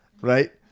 right